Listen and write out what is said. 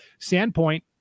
Sandpoint